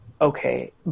okay